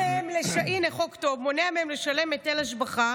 הינה חוק טוב, שמונע מהם לשלם היטל השבחה